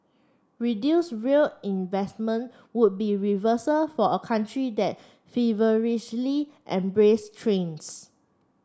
reduce rail investment would be reversal for a country that's feverishly embraced trains